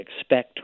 expect